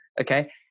okay